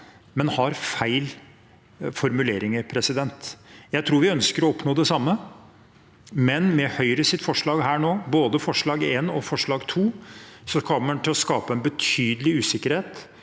men har feil formuleringer. Jeg tror vi ønsker å oppnå det samme, men med Høyres forslag her, både forslag nr. 1 og forslag nr. 2, kommer det til å bli skapt en betydelig usikkerhet.